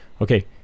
okay